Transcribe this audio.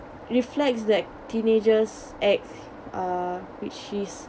reflects that teenagers acts uh which is